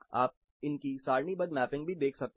आप इनकी सारणीबद्ध मैपिंग भी देख सकते हैं